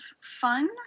fun